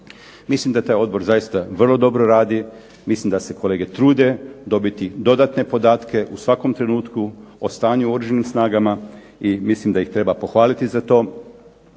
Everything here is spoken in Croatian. mislim da taj odbor zaista vrlo dobro radi, mislim da se kolege trude dobiti dodatne podatke u svakom trenutku o stanju u oružanim snagama i mislim da ih treba pohvaliti za to.